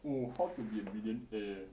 oh how to be a millionaire